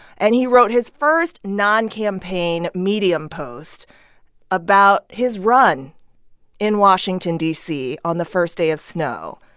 and he wrote his first noncampaign medium post about his run in washington, d c, on the first day of snow.